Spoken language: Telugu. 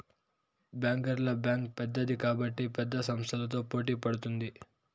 బ్యాంకర్ల బ్యాంక్ పెద్దది కాబట్టి పెద్ద సంస్థలతో పోటీ పడుతుంది